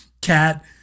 cat